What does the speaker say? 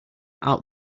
out